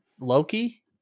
Loki